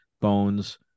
Bones